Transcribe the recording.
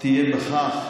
שיהיה בכך